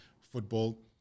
football